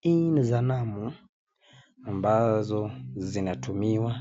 Hii ni sanamu ambazo zinatumiwa